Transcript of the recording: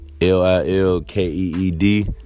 L-I-L-K-E-E-D